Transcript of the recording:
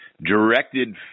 directed